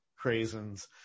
craisins